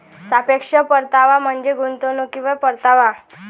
सापेक्ष परतावा म्हणजे गुंतवणुकीवर परतावा